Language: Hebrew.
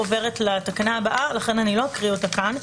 עוברת לתקנה הבאה ולכן אני לא אקריא אותה כאן.